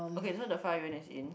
okay so the fire unit is in